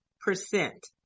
percent